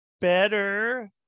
better